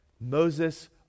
Moses